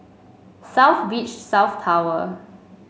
South Beach South Tower